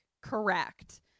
correct